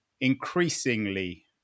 increasingly